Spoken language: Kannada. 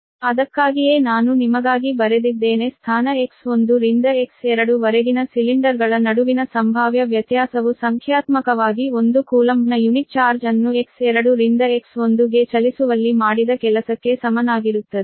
V12 q2π0log D2D1 volt ಅದಕ್ಕಾಗಿಯೇ ನಾನು ನಿಮಗಾಗಿ ಬರೆದಿದ್ದೇನೆ ಸ್ಥಾನ X1 ರಿಂದ X2 ವರೆಗಿನ ಸಿಲಿಂಡರ್ಗಳ ನಡುವಿನ ಸಂಭಾವ್ಯ ವ್ಯತ್ಯಾಸವು ಸಂಖ್ಯಾತ್ಮಕವಾಗಿ ಒಂದು ಕೂಲಂಬ್ನ ಯುನಿಟ್ ಚಾರ್ಜ್ ಅನ್ನು X2 ರಿಂದ X1 ಗೆ ಚಲಿಸುವಲ್ಲಿ ಮಾಡಿದ ಕೆಲಸಕ್ಕೆ ಸಮನಾಗಿರುತ್ತದೆ